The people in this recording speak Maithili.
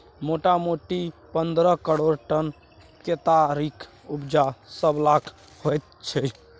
मोटामोटी पन्द्रह करोड़ टन केतारीक उपजा सबसाल होइत छै